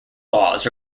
laws